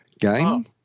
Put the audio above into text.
game